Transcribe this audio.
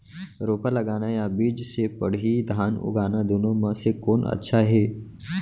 रोपा लगाना या बीज से पड़ही धान उगाना दुनो म से कोन अच्छा हे?